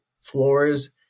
floors